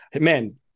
man